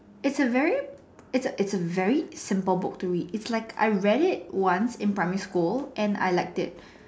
it's a very it's a it's a very simple book to read it's like I read it once in primary school and I liked it